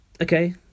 Okay